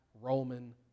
Roman